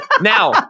now